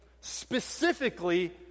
specifically